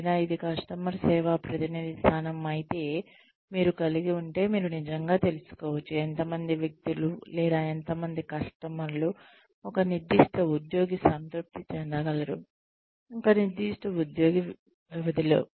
లేదా ఇది కస్టమర్ సేవా ప్రతినిధి స్థానం అయితే మీరు కలిగి ఉంటే మీరు నిజంగా తెలుసుకోవచ్చు ఎంత మంది వ్యక్తులు లేదా ఎంత మంది కస్టమర్లు ఒక నిర్దిష్ట ఉద్యోగి సంతృప్తి చెందగలరు ఒక నిర్దిష్ట వ్యవధిలో